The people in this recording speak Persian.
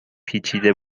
پیچیده